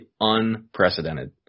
unprecedented